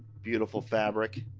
beautiful fabric.